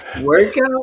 workout